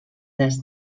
les